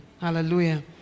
Hallelujah